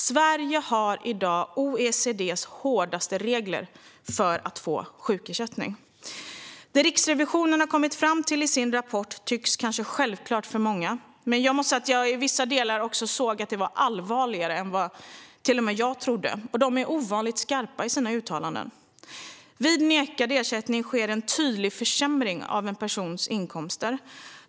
Sverige har i dag OECD:s hårdaste regler för att ge människor sjukersättning. Det som Riksrevisionen har kommit fram till i sin rapport tycks kanske självklart för många. Men jag måste säga att jag i vissa delar såg att det var allvarligare än vad till och med jag trodde. Och Riksrevisionen är ovanligt skarp i sina uttalanden. Det första som Riksrevisionen pekar på är: Vid nekad ersättning sker en tydlig försämring av en persons inkomster.